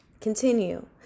continue